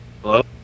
Hello